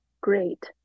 great